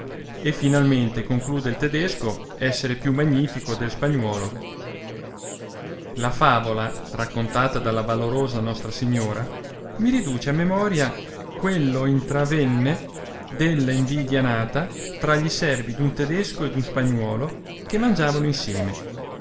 e finalmente conclude il tedesco essere più magnifico del spagnuolo la favola raccontata dalla valorosa nostra signora mi riduce a memoria quello intravenne della invidia nata tra gli servi d'un tedesco e d un spagnuolo che mangiavano insieme